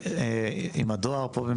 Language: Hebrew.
עם מצב הדואר פה,